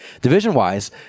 division-wise